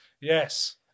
Yes